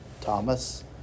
Thomas